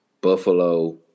Buffalo